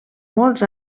molts